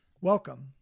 Welcome